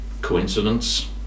Coincidence